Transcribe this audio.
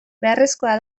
beharrezkoa